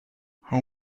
how